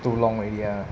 too long already ah